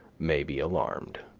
may be alarmed.